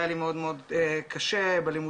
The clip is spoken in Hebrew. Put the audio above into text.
היה לי מאוד קשה בלימודים,